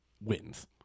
wins